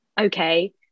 okay